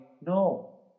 No